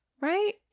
Right